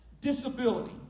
disability